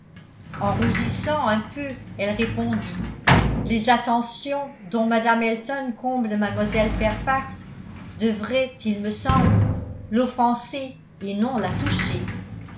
en rougissant un peu elle répondit les attentions dont mme elton comble mlle fairfax devraient il me semble l'offenser et non la toucher